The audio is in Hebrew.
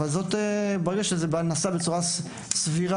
אבל ברגע שזה נעשה בצורה סבירה,